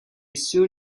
soon